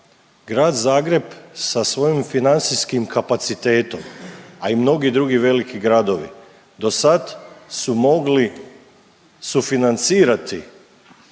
Grad Zagreb sa svojim financijskim kapacitetom, a i mnogi drugi veliki gradovi do sad su mogli sufinancirati